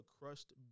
crushed